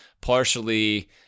partially